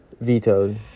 Vetoed